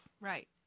right